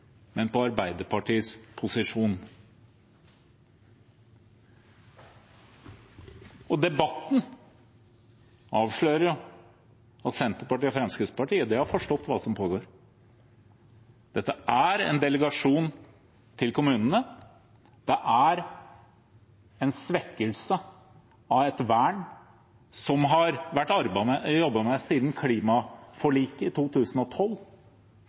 men Arbeiderpartiets posisjon. Debatten avslører at Senterpartiet og Fremskrittspartiet har forstått hva som pågår. Dette er en delegasjon til kommunene, det er en svekkelse av et vern som har vært jobbet med siden klimaforliket i 2012,